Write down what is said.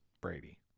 Brady